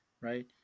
right